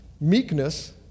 meekness